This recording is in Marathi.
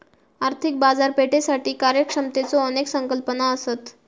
आर्थिक बाजारपेठेसाठी कार्यक्षमतेच्यो अनेक संकल्पना असत